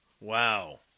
Wow